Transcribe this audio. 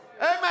Amen